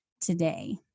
today